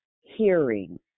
hearing